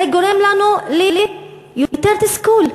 זה גורם לנו ליותר תסכול,